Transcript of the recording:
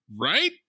Right